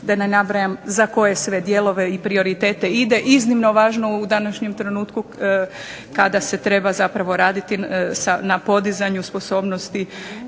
da ne nabrajam za koje sve dijelove i prioritete ide iznimno važno u današnjem trenutku kada se treba raditi na podizanju sposobnosti